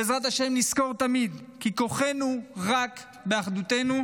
בעזרת השם נזכור תמיד כי כוחנו רק באחדותנו.